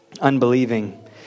Unbelieving